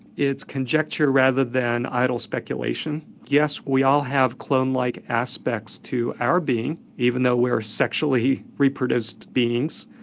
it's conjecture rather than idle speculation. yes we all have clone-like aspects to our being even though we are sexually reproduced beings,